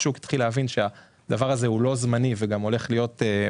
כשהשוק התחיל להבין שהדבר הזה הוא לא זמני והולך להיות משמעותי,